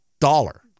dollar